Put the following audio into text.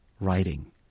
writing